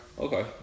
Okay